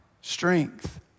strength